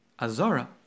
Azara